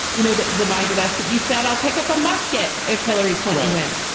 you know, that reminded us that you said, i'll pick up a musket if hillary clinton wins.